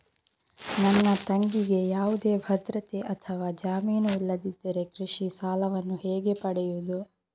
ನನ್ನ ತಂಗಿಗೆ ಯಾವುದೇ ಭದ್ರತೆ ಅಥವಾ ಜಾಮೀನು ಇಲ್ಲದಿದ್ದರೆ ಕೃಷಿ ಸಾಲವನ್ನು ಹೇಗೆ ಪಡೆಯುದು?